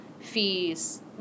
fees